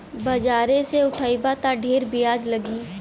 बाजारे से उठइबा त ढेर बियाज लगी